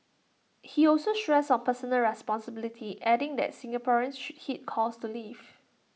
he also stressed on personal responsibility adding that Singaporeans should heed calls to leave